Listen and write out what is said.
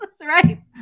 Right